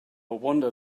wonder